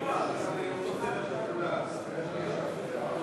למיפוי ישראל,